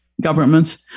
governments